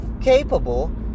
capable